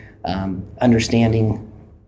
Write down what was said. Understanding